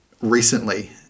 recently